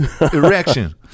erection